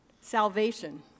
Salvation